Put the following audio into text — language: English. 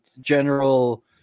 general